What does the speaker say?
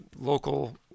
local